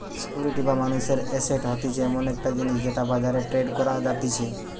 security বা মানুষের asset হতিছে এমন একটা জিনিস যেটাকে বাজারে ট্রেড করা যাতিছে